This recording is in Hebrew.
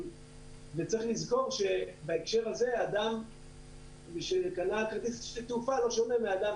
וצריך לזכור שבהקשר הזה אדם שקנה כרטיס תעופה לא שונה מאדם